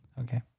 Okay